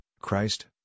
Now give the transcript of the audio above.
Christ